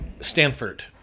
Stanford